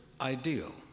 ideal